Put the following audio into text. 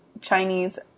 Chinese